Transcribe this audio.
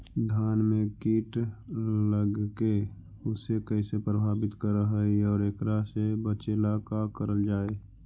धान में कीट लगके उसे कैसे प्रभावित कर हई और एकरा से बचेला का करल जाए?